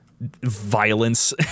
violence